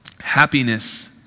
happiness